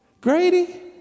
Grady